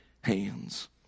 hands